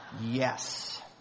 Yes